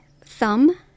thumb